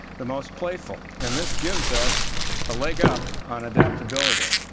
the most playful. and this gives us a leg up on adaptability.